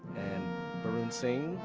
and barun singh,